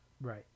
right